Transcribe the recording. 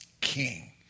king